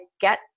get